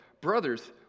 brothers